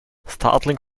startling